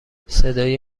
صدای